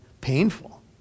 painful